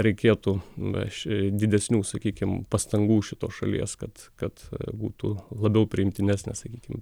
reikėtų na didesnių sakykim pastangų šitos šalies kad kad būtų labiau priimtinesnė sakykim